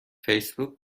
فیسبوک